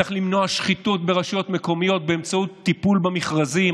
צריך למנוע שחיתות ברשויות מקומיות באמצעות טיפול במכרזים.